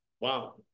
Wow